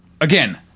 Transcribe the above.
Again